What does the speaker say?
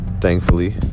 thankfully